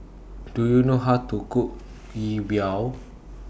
Do YOU know How to Cook Yi Biao